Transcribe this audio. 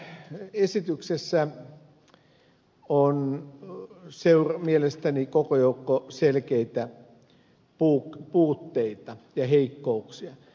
tässä hallituksen esityksessä on mielestäni koko joukko selkeitä puutteita ja heikkouksia